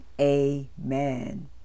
amen